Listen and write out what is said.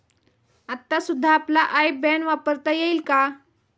आता सुद्धा आपला आय बॅन वापरता येईल का?